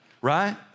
Right